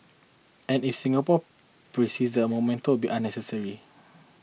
and if Singapore persists then a monument will be unnecessary